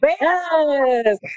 Yes